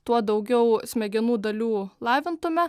tuo daugiau smegenų dalių lavintume